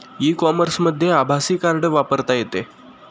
E कॉमर्समध्ये आभासी card वापरता येते